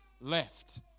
left